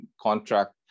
contract